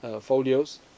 folios